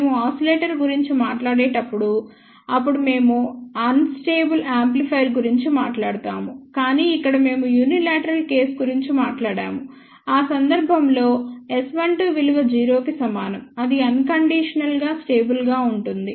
మేము ఆసిలేటర్ గురించి మాట్లాడేటప్పుడు అప్పుడు మేము అన్ స్టేబుల్ యాంప్లిఫైయర్ గురించి మాట్లాడుతాము కాని ఇక్కడ మేము యూనిలేట్రల్ కేసు గురించి మాట్లాడాము ఆ సందర్భంలో S12 విలువ 0 కి సమానం అది అన్ కండీషనల్ గా స్టేబుల్ గా ఉంటుంది